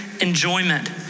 enjoyment